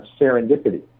serendipity